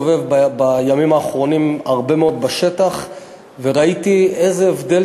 בימים האחרונים יצא לי להסתובב הרבה מאוד בשטח וראיתי איזה הבדל